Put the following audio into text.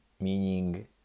meaning